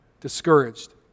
discouraged